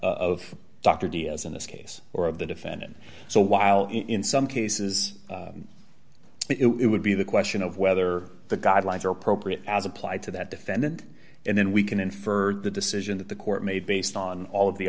of dr d as in this case or of the defendant so while in some cases it would be the question of whether the guidelines are appropriate as applied to that defendant and then we can infer the decision that the court made based on all of the